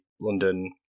London